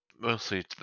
mostly